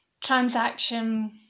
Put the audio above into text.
transaction